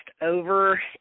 over